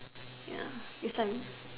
ya your same